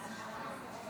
ההצבעה: 53 בעד,